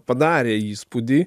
padarė įspūdį